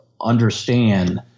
understand